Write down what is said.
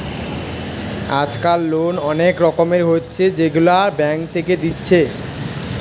আজকাল লোন অনেক রকমের হচ্ছে যেগুলা ব্যাঙ্ক থেকে দিচ্ছে